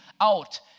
out